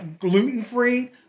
gluten-free